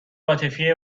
عاطفی